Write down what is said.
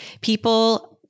People